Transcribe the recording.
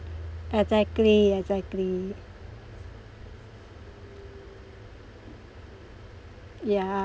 exactly exactly yeah